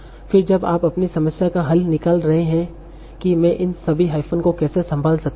फिर जब आप अपनी समस्या का हल निकाल रहे हैं कि मैं इन सभी हाइफ़न को कैसे संभाल सकता हू